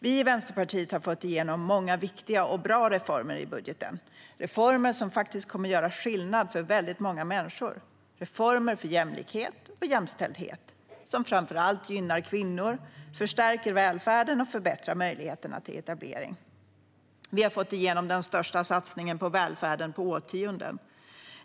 Vi i Vänsterpartiet har fått igenom många viktiga och bra reformer i budgeten. Det är reformer som kommer att göra skillnad för väldigt många människor, reformer för jämlikhet och jämställdhet som framför allt gynnar kvinnor, förstärker välfärden och förbättrar möjligheterna till etablering. Vi har fått igenom den största satsningen på välfärden på årtionden.